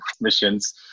missions